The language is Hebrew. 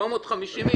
450 איש,